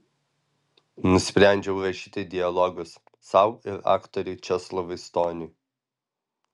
nusprendžiau rašyti dialogus sau ir aktoriui česlovui stoniui